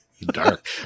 dark